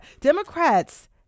Democrats